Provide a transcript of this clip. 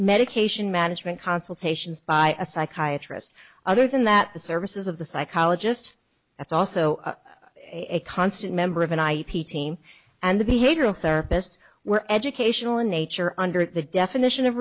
medication management consultations by a psychiatrist other than that the services of the psychologist that's also a constant member of an ip team and the behavioral therapist were educational in nature under the definition of